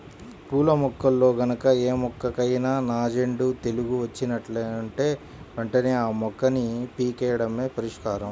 పూల మొక్కల్లో గనక ఏ మొక్కకైనా నాంజేడు తెగులు వచ్చినట్లుంటే వెంటనే ఆ మొక్కని పీకెయ్యడమే పరిష్కారం